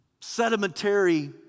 sedimentary